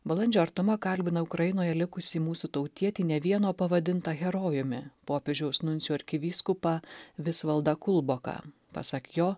balandžio artuma kalbina ukrainoje likusį mūsų tautietį ne vieno pavadintą herojumi popiežiaus nuncijų arkivyskupą visvaldą kulboką pasak jo